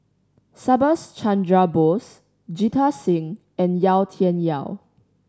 Subhas Chandra Bose Jita Singh and Yau Tian Yau